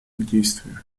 действию